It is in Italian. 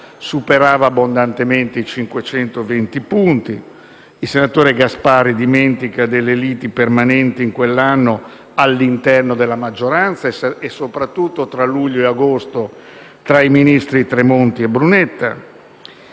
superava abbondantemente i 520 punti. Dimentica le liti permanenti di quell'anno all'interno della maggioranza e, soprattutto tra luglio e agosto, tra i ministri Tremonti e Brunetta.